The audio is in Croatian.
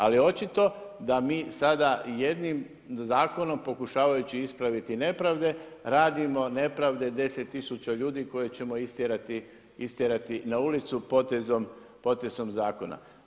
Ali očito da mi sada jednim zakonom pokušavajući ispraviti nepravde radimo nepravde 10 000o ljudi koje ćemo istjerati na ulicu potezom zakona.